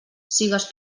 sigues